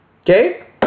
Okay